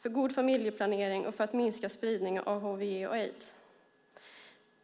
för god familjeplanering och för att minska spridning av hiv/aids.